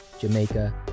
Jamaica